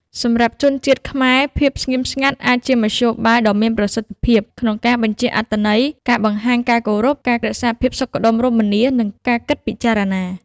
សម្រាប់ជនជាតិខ្មែរ ភាពស្ងៀមស្ងាត់អាចជាមធ្យោបាយដ៏មានប្រសិទ្ធភាពក្នុងការបញ្ជាក់អត្ថន័យ ការបង្ហាញការគោរព ការរក្សាភាពសុខដុមរមនា និងការគិតពិចារណា។